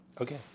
Okay